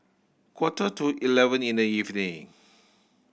quarter to eleven in the evening